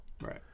right